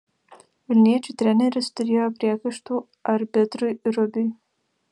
vilniečių treneris turėjo priekaištų arbitrui rubiui